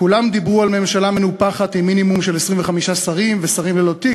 כולם דיברו על ממשלה מנופחת עם מינימום של 25 שרים ושרים ללא תיק,